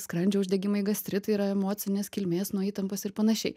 skrandžio uždegimai gastritai yra emocinės kilmės nuo įtampos ir panašiai